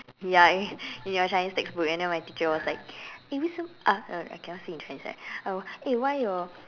ya in your Chinese textbook and then my teacher was like eh 为什么 uh oh cannot say in Chinese right uh eh why your